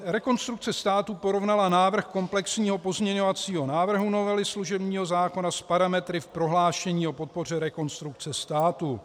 Rekonstrukce státu porovnala návrh komplexního pozměňovacího návrhu novely služebního zákona s parametry v prohlášení o podpoře Rekonstrukce státu.